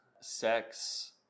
sex